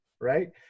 right